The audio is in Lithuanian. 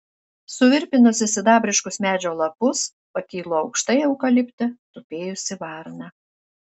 suvirpinusi sidabriškus medžio lapus pakilo aukštai eukalipte tupėjusi varna